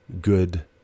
good